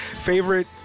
Favorite